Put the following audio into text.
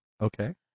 Okay